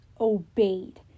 obeyed